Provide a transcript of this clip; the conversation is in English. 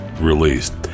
released